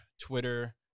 twitter